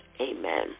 Amen